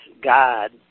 God